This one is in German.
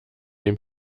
dem